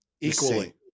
equally